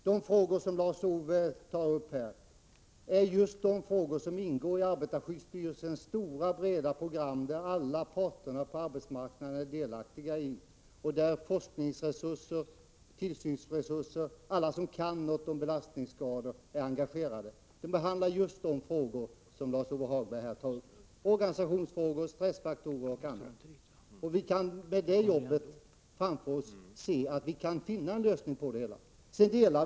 Herr talman! Mycket kort: De frågor som Lars-Ove Hagberg här tar upp ingår i arbetarskyddsstyrelsens stora och breda program, som alla parter på arbetsmarknaden deltar i. Forskningsföreträdare, tillsynsföreträdare och alla andra som kan något om belastningsskador är engagerade. Man behandlar just de frågor som Lars-Ove Hagberg här tar upp: organisationsfrågor, stressfaktorer osv. Vi kan se fram emot att genom detta arbete kunna komma fram till lösningar på dessa punkter.